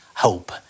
Hope